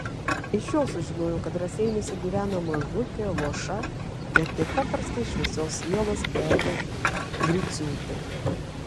iš jo sužinojau kad raseiniuose gyvena mažutė luoša bet nepaprastai šviesios sielos elė griciūtė